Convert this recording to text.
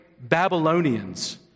Babylonians